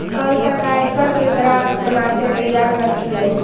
कल तक आयकर के ग्राफ बनाके तैयार रखिहें